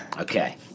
Okay